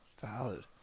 Valid